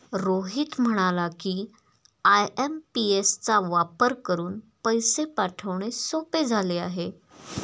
रोहित म्हणाला की, आय.एम.पी.एस चा वापर करून पैसे पाठवणे सोपे झाले आहे